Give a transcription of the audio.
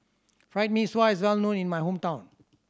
Fried Mee Sua is well known in my hometown